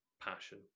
Passion